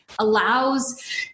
allows